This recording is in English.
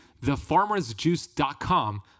thefarmersjuice.com